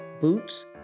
boots